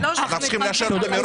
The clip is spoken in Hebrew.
אנחנו צריכים לאשר את הארכה בדיעבד.